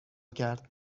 کرد